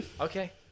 Okay